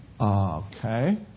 Okay